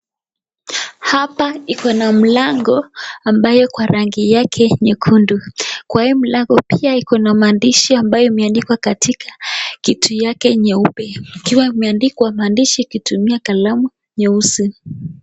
Hapa iko na mlango ambayo kwa rangi yake nyekundu. Kwa hii mlango pia iko na maandishi ambayo imeandikwa katika kiti yake nyeupe ikiwa imeandikwa maandishi kutumia kalamu nyeusi.